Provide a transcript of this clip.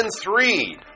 three